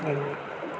धन्यवाद